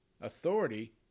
authority